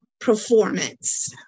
performance